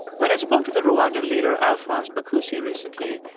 when i spoke to the rwandan leader alphonse bakusi recently,